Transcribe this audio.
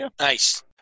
Nice